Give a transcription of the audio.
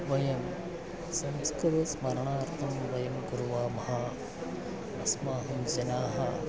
वयं संस्कृतस्मरणार्थं वयं कुर्मः अस्माकं जनाः